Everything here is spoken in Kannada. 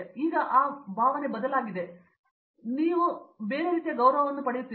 ಆದ್ದರಿಂದ ನೀವು ಆ ಸ್ಥಳವನ್ನು ಹಂಚಿಕೊಂಡಾಗ ನೀವು ಬೇರೆ ಗೌರವವನ್ನು ಪಡೆಯುತ್ತೀರಿ